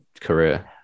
career